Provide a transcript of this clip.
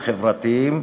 החברתיים,